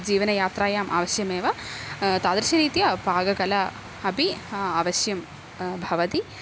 जीवनयात्रायाम् अवश्यमेव तादृशरीत्या पाककला अपि अवश्यं भवति